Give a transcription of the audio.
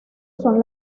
son